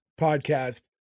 podcast